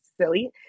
silly